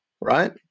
right